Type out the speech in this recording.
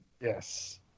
Yes